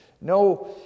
No